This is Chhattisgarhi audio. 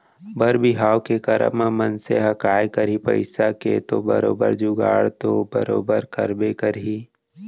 बर बिहाव के करब म मनसे ह काय करही पइसा के तो बरोबर जुगाड़ तो बरोबर करबे करही